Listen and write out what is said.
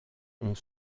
ont